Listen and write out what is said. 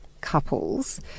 couples